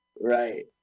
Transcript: Right